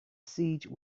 siege